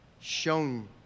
shown